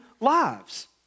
lives